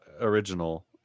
original